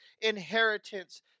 inheritance